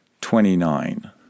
twenty-nine